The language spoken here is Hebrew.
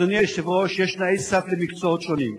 אדוני היושב-ראש, יש תנאי סף למקצועות שונים.